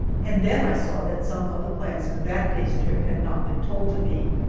and then i saw that some of the plans for that day's trip had not been told to me.